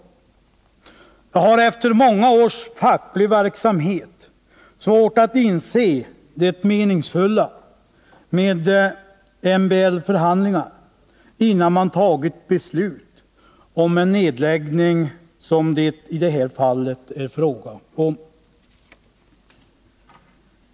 Jag har efter många års facklig verksamhet svårt att inse det meningsfulla i att man för MBL-förhandlingar innan man tagit beslut om en nedläggning, 15 som det i det här fallet är fråga om.